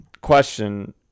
question